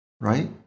right